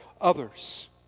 others